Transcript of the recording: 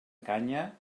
canya